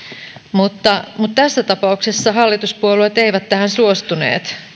mutta mutta tässä tapauksessa hallituspuolueet eivät tähän suostuneet